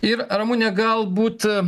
ir ramune galbūt